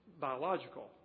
biological